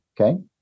okay